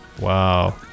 Wow